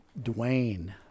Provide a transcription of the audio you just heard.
Dwayne